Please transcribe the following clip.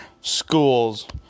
Schools